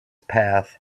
path